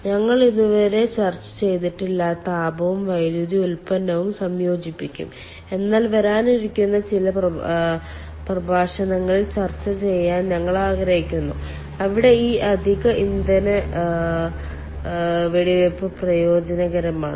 ഞങ്ങൾ ഇതുവരെ ചർച്ച ചെയ്തിട്ടില്ലാത്ത താപവും വൈദ്യുതി ഉൽപാദനവും സംയോജിപ്പിക്കും എന്നാൽ വരാനിരിക്കുന്ന ചില പ്രഭാഷണങ്ങളിൽ ചർച്ച ചെയ്യാൻ ഞങ്ങൾ ആഗ്രഹിക്കുന്നു അവിടെ ഈ അധിക ഇന്ധന വെടിവയ്പ്പ് പ്രയോജനകരമാണ്